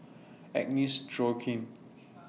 Agnes Joaquim